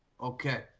okay